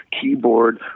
keyboard